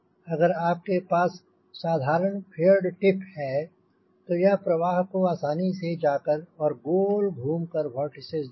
अगर आपके पास साधारण फेयरड टिप है तो यह प्रवाह को आसानी से जाकर और गोल घूम कर वोर्टिसिस देंगी